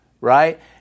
right